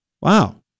Wow